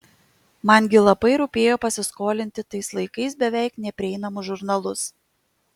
man gi labai rūpėjo pasiskolinti tais laikais beveik neprieinamus žurnalus